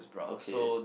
okay